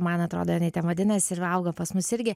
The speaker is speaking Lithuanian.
man atrodo jinai ten vadinasi ir auga pas mus irgi